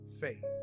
faith